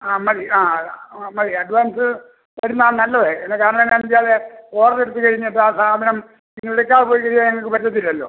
ആ മതി ആ ആ മതി അഡ്വാൻസ് തരുന്നതാ നല്ലത് അല്ലെങ്കിൽ കാരണം എന്നാ വെച്ചാൽ ഓർഡർ എടുത്ത് കഴിഞ്ഞിട്ട് ആ സാധനം നിങ്ങൾ എടുക്കാതെ പോയി കഴിഞ്ഞാൽ ഞങ്ങൾക്ക് പറ്റത്തില്ലല്ലോ